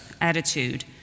attitude